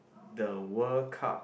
the World Cup